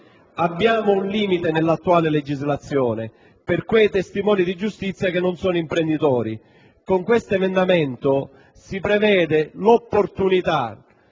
Abbiamo un limite nell'attuale legislazione che riguarda quei testimoni di giustizia che non sono imprenditori. Con questo emendamento si prevede l'opportunità